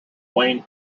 wayne